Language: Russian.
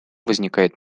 возникает